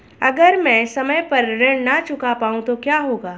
अगर म ैं समय पर ऋण न चुका पाउँ तो क्या होगा?